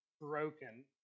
broken